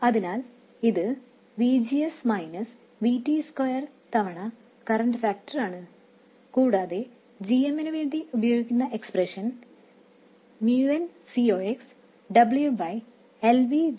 അതിനാൽ ഇത് V G S minus V T square തവണ കറൻറ് ഫാക്ടർ ആണ് കൂടാതെ gm നു വേണ്ടി ഉപയോഗിക്കുന്ന expression mu n C ox W L VG S V T ആണ്